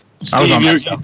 Steve